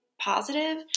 positive